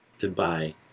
Goodbye